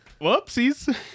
Whoopsies